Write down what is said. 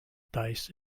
dice